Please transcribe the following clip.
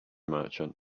merchant